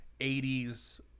80s